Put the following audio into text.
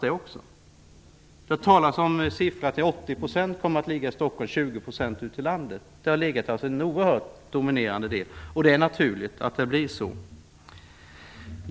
Det har talats om att 80 % kommer att ligga i Stockholm och 20 % ute i landet. Det handlar alltså om en oerhört dominerande del, och det är naturligt att det blir så.